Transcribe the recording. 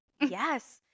yes